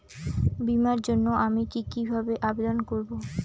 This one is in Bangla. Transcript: বিমার জন্য আমি কি কিভাবে আবেদন করব?